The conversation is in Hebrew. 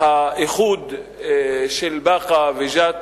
האיחוד של באקה ושל ג'ת